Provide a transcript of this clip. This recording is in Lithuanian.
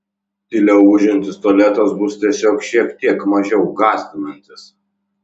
tyliau ūžiantis tualetas bus tiesiog šiek tiek mažiau gąsdinantis